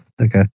Okay